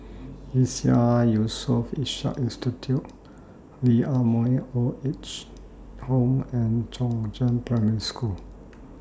ISEAS Yusof Ishak Institute Lee Ah Mooi Old Age Home and Chongzheng Primary School